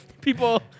People